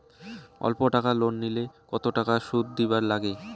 অল্প টাকা লোন নিলে কতো টাকা শুধ দিবার লাগে?